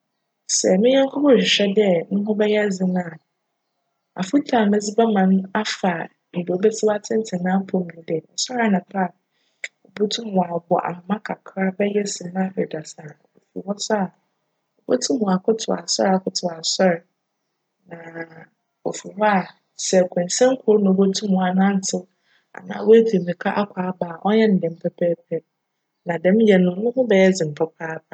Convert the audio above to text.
Sj me nyjnko bi rohwehwj dj no ho bjyj dzen a, afotu a medze bjma no afa mbrj obesi w'atsentsen n'apcw mu nye dj, csojr anapa a, obotum w'abc ahoma kakra bjyj sema eduasa. Ofi hc so a, obotum w'akotow asojr akotow asojr na ofi hc a sj kwansin kor na obotum anantsew anaa w'etu mbirika akc aba a, cnyj no djm pjpjjpj na djm yj no, no ho bjyj dzen papaapa.